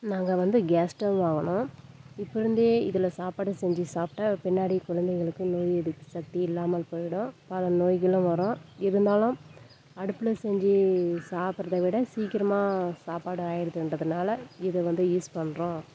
நாங்கள் வந்து gas stove வாங்கினோம் இப்பலருந்தே இதில் சாப்பாடு செஞ்சு சாப்பிட்டா பின்னாடி குழந்தைகளுக்கு நோய் எதிர்ப்பு சக்தி இல்லாமல் போயிடும் பல நோய்களும் வரும் இருந்தாலும் அடுப்பில் செஞ்சு சாப்பிடுறத விட சீக்கிரமாக சாப்பாடு ஆகிருதுன்றதுனால இதை வந்து யூஸ் பண்ணுறோம்